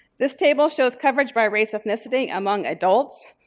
this table shows coverage by race ethnicity among adults.